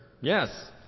Yes